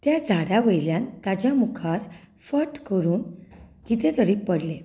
त्या झाडा वयल्यान ताच्या मुखार फट्ट करून कितें तरी पडलें